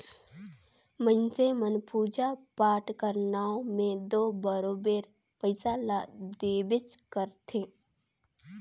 मइनसे मन पूजा पाठ कर नांव में दो बरोबेर पइसा ल देबे करथे